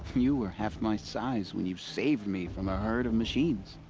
you were half my size when you saved me from a herd of machines.